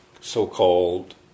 so-called